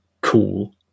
cool